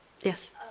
Yes